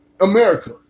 America